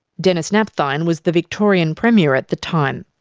denis napthine was the victorian premier at the time.